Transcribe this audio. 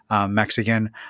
Mexican